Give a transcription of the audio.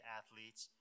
athletes